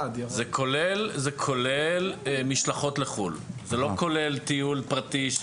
אמרתי כולל משלחות לחו"ל, לא כולל טיול פרטי.